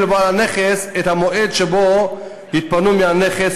לבעל הנכס את המועד שבו יתפנו מהנכס,